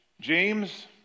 James